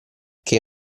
che